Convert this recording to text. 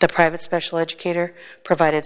the private special educator provided